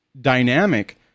dynamic